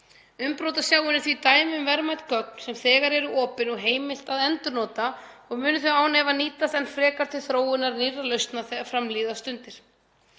Umbrotasjáin er því dæmi um verðmæt gögn sem þegar eru opin og heimilt að endurnota og munu þau án efa nýtast enn frekar til þróunar nýrra lausna þegar fram líða stundir.